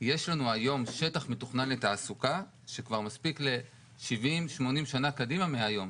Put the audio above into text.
יש לנו היום שטח מתוכנן לתעסוקה שכבר מספיק ל-80-70 שנה קדימה מהיום.